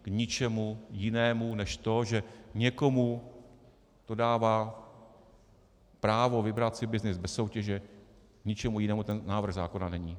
K ničemu jinému než to, že někomu to dává právo vybrat si byznys bez soutěže, k ničemu jinému ten návrh zákona není.